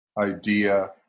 idea